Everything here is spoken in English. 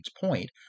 Point